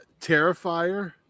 Terrifier